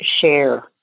share